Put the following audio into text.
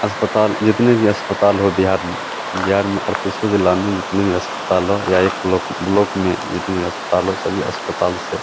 अस्पताल जितने भी अस्पताल हो बिहार में अड़तीसों ज़िला में जितने भी अस्पताल हो या एक ब्लोक ब्लोक में जितने भी अस्पताल हो सभी अस्पताल से